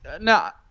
now